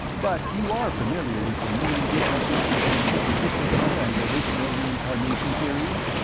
but you are familiar with the main differences between statistical and volitional reincarnation theories?